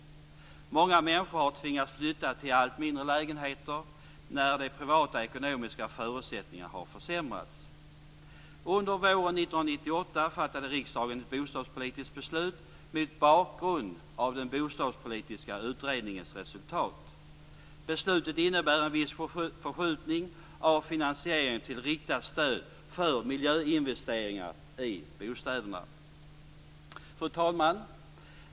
Många människor har tvingats flytta till allt mindre lägenheter när de privata ekonomiska förutsättningarna har försämrats. Under våren 1998 fattade riksdagen ett bostadspolitiskt beslut mot bakgrund av den bostadspolitiska utredningens resultat. Beslutet innebär en viss förskjutning av finansieringen till riktat stöd för miljöinvesteringar i bostäderna. Fru talman!